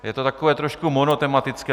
Je to takové trošku monotematické.